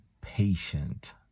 patient